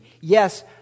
Yes